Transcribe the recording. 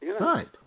Right